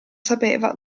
sapeva